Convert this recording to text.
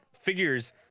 figures